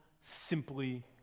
simply